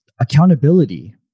accountability